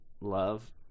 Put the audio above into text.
love